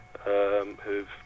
who've